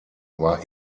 war